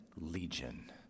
Legion